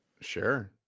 sure